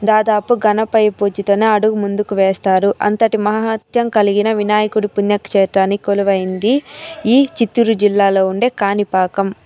దాదాపు గణపయ్య పూజతోనే అడుగు ముందుకు వేస్తారు అంతటి మహత్యం కలిగిన వినాయకుడి పుణ్యక్షేత్రానికి కొలువైయింది ఈ చిత్తూరు జిల్లాలో ఉండే కాణిపాకం